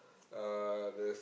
uh the